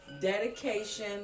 dedication